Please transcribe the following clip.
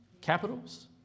capitals